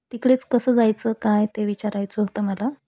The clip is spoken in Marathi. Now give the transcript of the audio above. तिकडेच कसं जायचं काय ते विचारायचं होतं मला